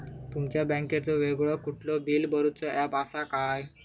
तुमच्या बँकेचो वेगळो कुठलो बिला भरूचो ऍप असा काय?